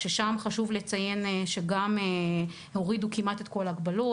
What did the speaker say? ששם חשוב לציין שגם הורידו כמעט את כל ההגבלות,